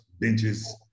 benches